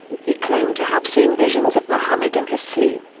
he claimed to have seen visions of muhammad in his sleep.